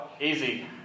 easy